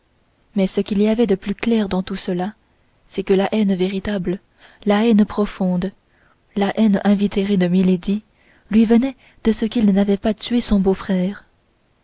mais ce qu'il y avait de plus clair dans tout cela c'est que la haine véritable la haine profonde la haine invétérée de milady lui venait de ce qu'il n'avait pas tué son beau-frère